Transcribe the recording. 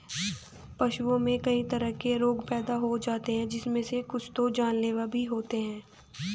पशुओं में कई तरह के रोग पैदा हो जाते हैं जिनमे से कुछ तो जानलेवा भी होते हैं